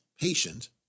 patient